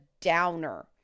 downer